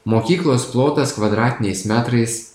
mokyklos plotas kvadratiniais metrais